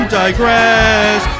digress